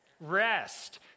rest